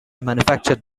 manufactured